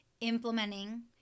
implementing